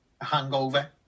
hangover